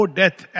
death।